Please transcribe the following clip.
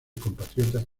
compatriota